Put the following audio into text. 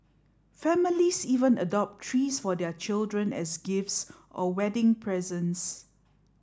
families even adopt trees for their children as gifts or wedding presents